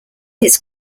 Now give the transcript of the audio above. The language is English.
its